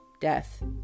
death